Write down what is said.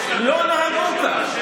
לא נהגו כך.